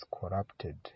corrupted